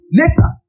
later